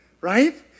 Right